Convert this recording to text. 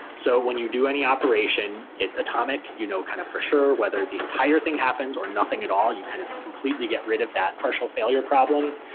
so when you do any operation, it's atomic. you know kind of for sure whether the entire thing happens or nothing at all. you kind of completely get rid of that partial failure problem.